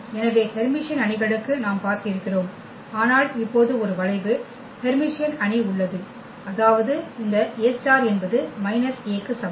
எனவே ஹெர்மிசியன் அணிகளுக்கு நாம் பார்த்திருக்கிறோம் ஆனால் இப்போது ஒரு வளைவு ஹெர்மிசியன் அணி உள்ளது அதாவது இந்த A∗ என்பது A க்கு சமம்